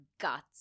guts